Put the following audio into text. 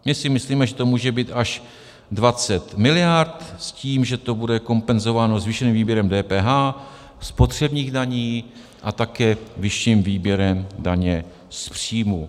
My si myslíme, že to může být až 20 mld., s tím, že to bude kompenzováno zvýšeným výběrem DPH, spotřebních daní a také vyšším výběrem daně z příjmů.